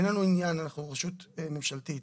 אנחנו רשות ממשלתית,